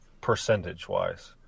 percentage-wise